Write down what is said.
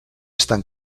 estan